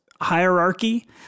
hierarchy